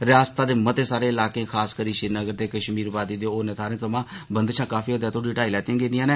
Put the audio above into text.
रियासतै दे मते सारे ईलाकें खास करी श्रीनगर ते कश्मीरवादी दे होरनें थाहरें थमां बंदशां काफी हद्दै तोह्ड़ी हटाई लैती गेदियां न